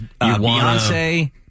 Beyonce